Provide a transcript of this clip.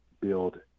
build